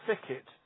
thicket